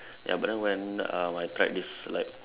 ya but then when um I tried this like